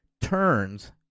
turns